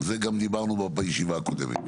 זה גם דיברנו בישיבה הקודמת.